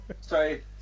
sorry